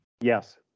Yes